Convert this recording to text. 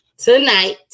Tonight